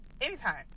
Anytime